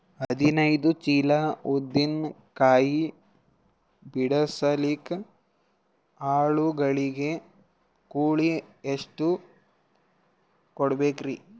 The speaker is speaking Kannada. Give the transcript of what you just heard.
ಹದಿನೈದು ಚೀಲ ಉದ್ದಿನ ಕಾಯಿ ಬಿಡಸಲಿಕ ಆಳು ಗಳಿಗೆ ಕೂಲಿ ಎಷ್ಟು ಕೂಡಬೆಕರೀ?